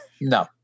No